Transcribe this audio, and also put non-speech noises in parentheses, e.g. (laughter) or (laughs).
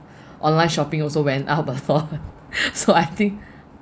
online shopping also went up a lot (laughs) so I think